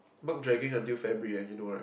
Mark dragging until February and you know right